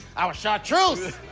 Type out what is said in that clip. i was chartreuse,